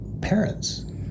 parents